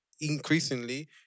increasingly